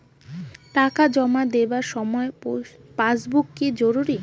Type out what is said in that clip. টাকা জমা দেবার সময় পাসবুক কি জরুরি?